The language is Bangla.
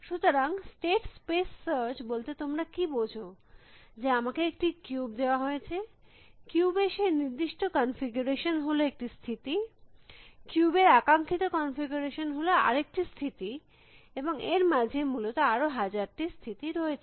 সুতরাং স্টেট স্পেস সার্চ বলতে তোমরা কী বোঝো যে আমাকে একটি কিউব দেওয়া হয়েছে কিউব এর সেই নির্দিষ্ট কনফিগারেশন হল একটি স্থিতি কিউব এর আকাঙ্খিত কনফিগারেশন হল আরেকটি স্থিতি এবং এর মাঝে মূলত আরো হাজারটি স্থিতি রয়েছে